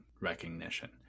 recognition